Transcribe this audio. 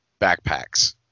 backpacks